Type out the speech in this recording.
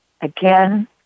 again